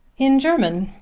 in german,